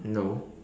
no